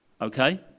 Okay